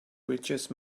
richest